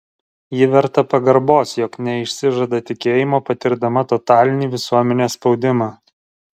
ji verta pagarbos jog neišsižada tikėjimo patirdama totalinį visuomenės spaudimą